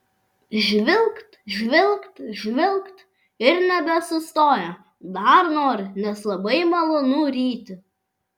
žvilgt žvilgt žvilgt ir nebesustoja dar nori nes labai malonu ryti